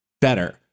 better